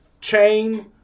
chain